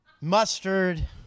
mustard